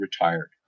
retired